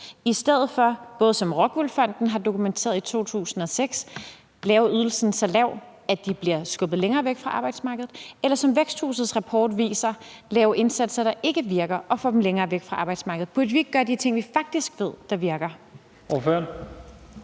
at de, hvad Rockwool Fonden har dokumenteret i 2006, bliver skubbet længere væk fra arbejdsmarkedet, eller, som Væksthusets rapport viser, lave indsatser, der ikke virker, og som får dem længere væk fra arbejdsmarkedet? Burde vi ikke gøre de ting, vi faktisk ved virker?